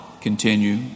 continue